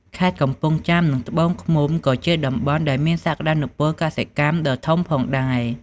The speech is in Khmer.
ខេត្តកំពង់ចាម និង ត្បូងឃ្មុំ ក៏ជាតំបន់ដែលមានសក្តានុពលកសិកម្មដ៏ធំផងដែរ។